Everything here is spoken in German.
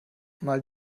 mal